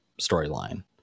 storyline